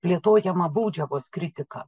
plėtojama baudžiavos kritika